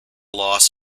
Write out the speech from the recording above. loss